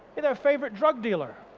you're their favourite drug dealer.